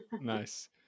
Nice